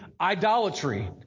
idolatry